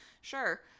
Sure